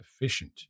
efficient